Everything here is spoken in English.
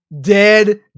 dead